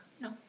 no